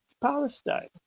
Palestine